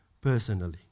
personally